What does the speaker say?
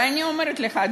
ואני אומרת לך,